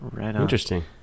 Interesting